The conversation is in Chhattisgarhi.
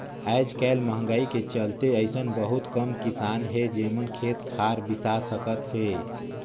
आयज कायल मंहगाई के चलते अइसन बहुत कम किसान हे जेमन खेत खार बिसा सकत हे